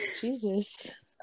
jesus